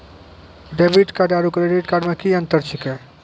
Debit card आरू credit card मे कि अन्तर छैक?